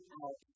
out